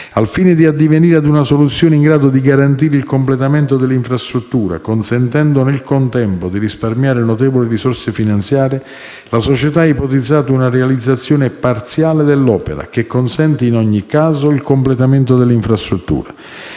Al fine di addivenire a una soluzione in grado di garantire il completamento dell'infrastruttura consentendo, nel contempo, di risparmiare notevoli risorse finanziarie, la società ha ipotizzato una realizzazione parziale dell'opera, che consente - in ogni caso - il completamento dell'infrastruttura;